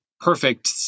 perfect